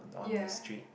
ya